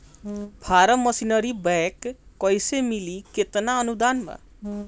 Form machinery bank कैसे मिली कितना अनुदान बा?